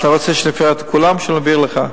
אתה רוצה שאני אפרט את כולם או שאני אעביר לך?